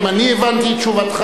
אם אני הבנתי את תשובתך,